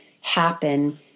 happen